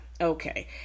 Okay